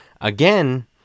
Again